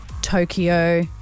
Tokyo